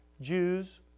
Jews